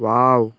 wow